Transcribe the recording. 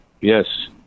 Yes